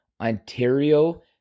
Ontario